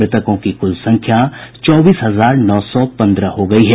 मृतकों की कुल संख्या चौबीस हजार नौ सौ पन्द्रह हो गई है